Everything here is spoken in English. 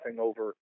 over